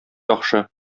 яхшы